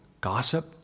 gossip